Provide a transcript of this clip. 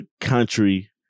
Country